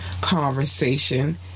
conversation